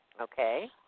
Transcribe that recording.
Okay